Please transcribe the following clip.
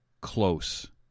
close